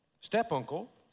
step-uncle